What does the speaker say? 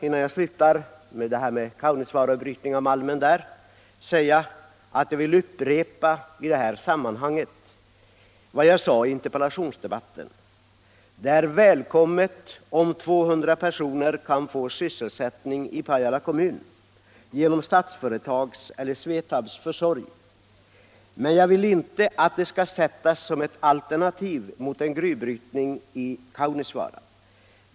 Innan jag lämnar frågan om malmbrytning i Kaunisvaara vill jag upp repa vad jag sade i interpellationsdebatten. Det är välkommet om 200 personer kan få sysselsättning i Pajala kommun genom Statsföretags eller SVETAB:s försorg. Men jag vill inte att det skall sättas som ett alternativ till gruvbrytning i Kaunisvaara.